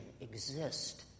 exist